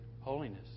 holiness